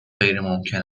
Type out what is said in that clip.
غیرممکن